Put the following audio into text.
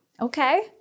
okay